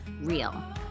real